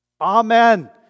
Amen